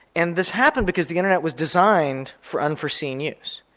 and this happened because the internet was designed for unforeseen use.